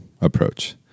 approach